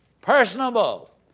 personable